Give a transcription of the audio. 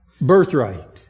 birthright